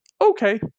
okay